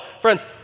Friends